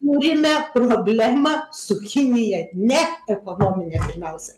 turime problemą su kinija ne ekonominę pirmiausia